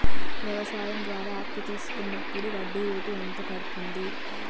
వ్యవసాయం ద్వారా అప్పు తీసుకున్నప్పుడు వడ్డీ రేటు ఎంత పడ్తుంది